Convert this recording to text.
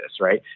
right